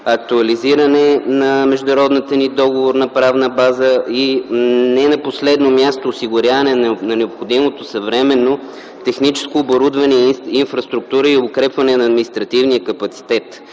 актуализиране на международната ни договорна правна база, и не на последно място – осигуряване на необходимото съвременно техническо оборудване и инфраструктура, и укрепване на административния капацитет,